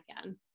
again